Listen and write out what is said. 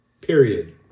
period